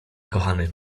kochany